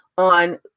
on